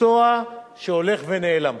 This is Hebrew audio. מקצוע שהולך ונעלם.